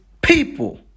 people